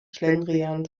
schlendrian